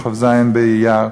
כ"ז באייר,